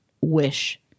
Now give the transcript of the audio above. wish